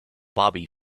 bobby